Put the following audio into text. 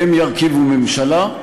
והם ירכיבו ממשלה,